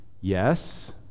Yes